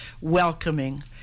welcoming